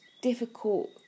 difficult